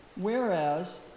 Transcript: whereas